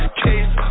case